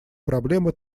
проблемы